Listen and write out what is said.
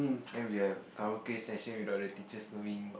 then we will have karaoke session without the teachers knowing